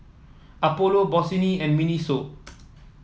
Apollo Bossini and Miniso